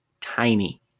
Tiny